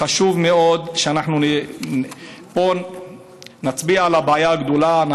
חשוב מאוד שאנחנו פה נצביע על הבעיה הגדולה.